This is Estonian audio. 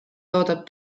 toodab